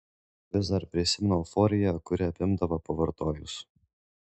vis dar prisimenu euforiją kuri apimdavo pavartojus